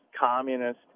communist